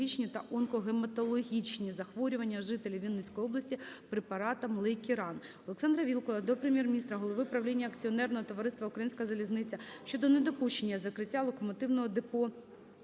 Олександра Вілкула до Прем'єр-міністра, голови правління акціонерного товариства "Українська залізниця" щодо недопущення закриття локомотивного депо